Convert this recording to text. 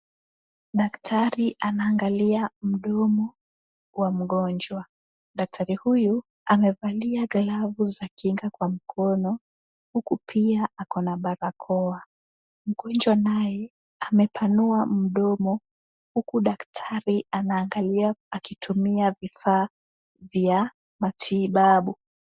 Daktari anaangalia mdomo wa mgonjwa. Daktari huyu amevalia glavu za kinga kwa mkono, huku pia ako na barakoa. Mgonjwa naye amepanua mdomo, huku daktari anaangalia akitumia vifaa vya matibabu.